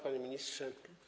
Panie Ministrze!